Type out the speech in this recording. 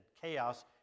chaos